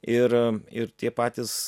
ir ir tie patys